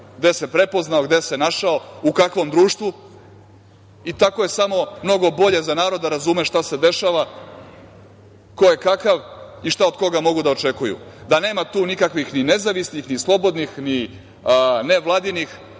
gde se prepoznao, gde se našao, u kakvom društvu i tako je samo mnogo bolje za narod da razume šta se dešava ko je kakav i šta od koga mogu da očekuju. Da tu nema nikakvih ni nezavisnih, ni slobodnih, ni nevladinih,